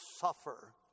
suffer